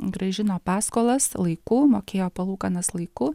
grąžino paskolas laiku mokėjo palūkanas laiku